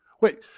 Wait